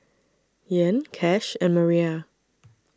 Ean Cash and Maria